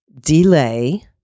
delay